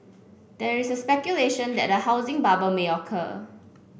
there is speculation that a housing bubble may occur